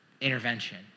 intervention